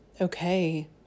okay